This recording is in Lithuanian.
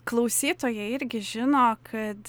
klausytojai irgi žino kad